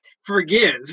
forgive